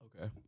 Okay